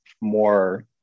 more